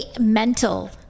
mental